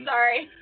Sorry